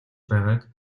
байгааг